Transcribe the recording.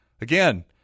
Again